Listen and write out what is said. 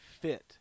fit